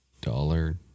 Dollar